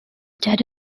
dead